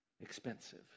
expensive